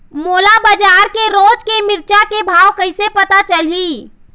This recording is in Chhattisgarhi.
मोला बजार के रोज के मिरचा के भाव कइसे पता चलही?